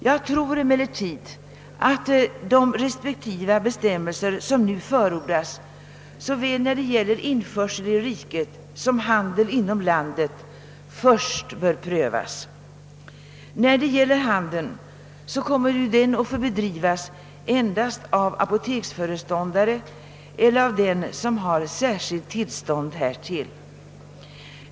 Jag tror emellertid att de restriktiva bestämmelser, som nu förordas såväl när det gäller införsel i riket som handeln inom landet, först bör prövas. När det gäller handeln kommer den att få bedrivas endast av apoteksföreståndare eller av den som har särskilt tillstånd härtill.